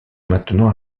maintenant